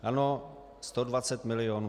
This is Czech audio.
Ano, 120 milionů.